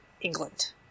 England